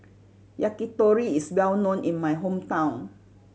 yakitori is well known in my hometown